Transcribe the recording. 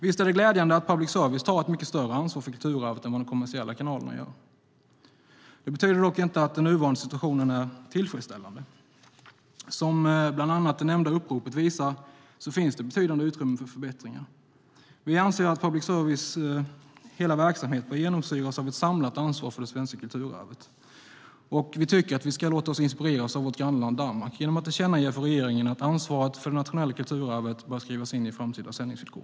Visst är det glädjande att public service tar ett mycket större ansvar för kulturarvet än vad de kommersiella kanalerna gör? Detta betyder dock inte att den nuvarande situationen är tillfredsställande. Som bland annat det nämnda uppropet visar finns det betydande utrymme för förbättringar. Vi anser att public services hela verksamhet bör genomsyras av ett samlat ansvar för det svenska kulturarvet. Vi tycker att vi ska låta oss inspireras av vårt grannland Danmark genom att tillkännage för regeringen att ansvaret för det nationella kulturarvet bör skrivas in i framtida sändningsvillkor.